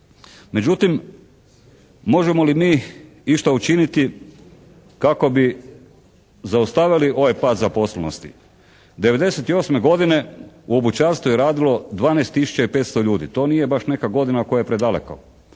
Međutim, možemo li mi išta učiniti kako bi zaustavili ovaj pad zaposlenosti? '98. godine u obućarstvu je radilo 12 tisuća i 500 ljudi. To nije baš neka godina koja je predaleko.